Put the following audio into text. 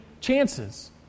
chances